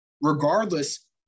regardless